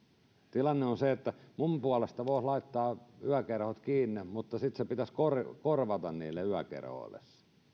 tilanne on se että minun puolestani voisi laittaa yökerhot kiinni mutta sitten se pitäisi korvata korvata niille yökerhoille